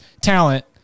talent